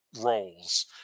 roles